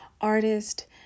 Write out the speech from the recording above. artist